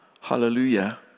Hallelujah